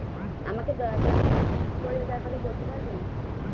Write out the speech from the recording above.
আমাকে দয়া করে আমার সিবিল স্কোরের ব্যাপারে বলতে পারবেন?